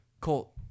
colt